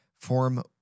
form